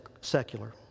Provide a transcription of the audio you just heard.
secular